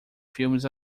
filmes